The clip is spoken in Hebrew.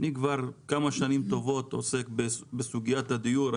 אני כבר כמה שנים טובות עוסק בסוגיית הדיור,